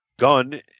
gun